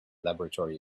laboratory